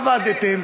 עבדתם,